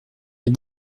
est